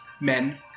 men